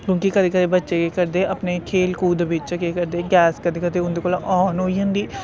क्योंकि कदें कदें बच्चे केह् करदे अपने खेल कूद बिच्च केह् करदे गैस कदें कदें उंदे कोला आन होई जंदी